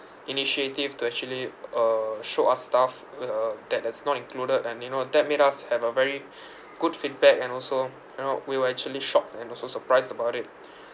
initiative to actually uh show us stuff uh that that's not included and you know that made us have a very good feedback and also you know we were actually shocked and also surprised about it